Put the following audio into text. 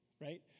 right